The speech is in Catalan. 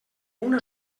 una